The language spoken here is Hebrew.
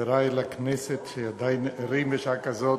חברי לכנסת שעדיין ערים בשעה כזאת,